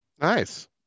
Nice